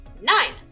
Nine